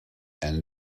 and